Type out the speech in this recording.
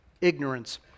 ignorance